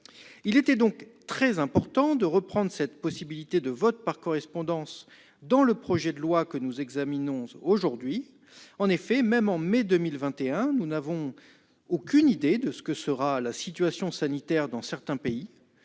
Il était donc très important de reprendre cette possibilité de vote par correspondance dans le projet de loi que nous examinons aujourd'hui. En effet, nous n'avons aucune idée de ce que sera la situation sanitaire en mai 2021 dans certains pays.